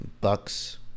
Bucks